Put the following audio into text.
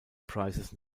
prices